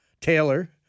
Taylor